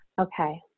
Okay